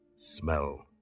smell